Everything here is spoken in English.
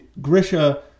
Grisha